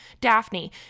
daphne